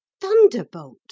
thunderbolt